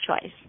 choice